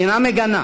אינה מגנה,